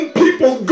people